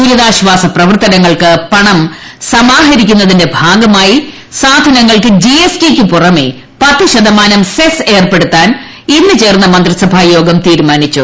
ദുരിതാശ്ചാസ പ്രവർത്തനങ്ങൾക്ക് പണം സമാഹരിക്കുന്നതിന്റെ ഭാഗമായി സാധനങ്ങൾക്ക് ജിഎസ്ടിയ്ക്കു പുറമേ പത്ത് ശതമാനം സെസ് ഏർപ്പെടുത്താൻ ഇന്ന് ചേർന്ന മന്ത്രിസഭാ യോഗം തീരുമാനിച്ചു